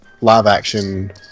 live-action